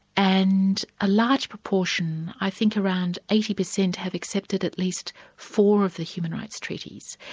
and a large proportion, i think around eighty percent has accepted at least four of the human rights treaties.